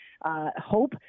hope